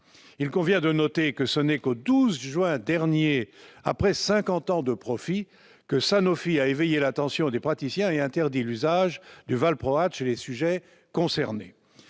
Il convient de noter que ce n'est que le 12 juin dernier, après cinquante ans de profits, que Sanofi a éveillé l'attention des praticiens et interdit l'usage du valproate chez les sujets concernés.